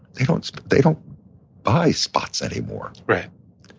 they don't they don't buy spots anymore. right.